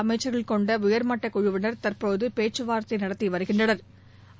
அமைச்சர்கள் கொண்ட உயர்மட்ட குழுவினர் தற்போது பேச்சு வார்த்தை நடத்தி வருகின்றனார்